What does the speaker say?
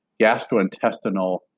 gastrointestinal